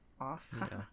off